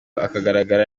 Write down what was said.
akagaragara